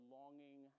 longing